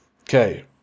okay